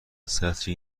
سطری